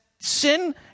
sin